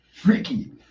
Freaky